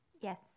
Yes